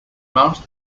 most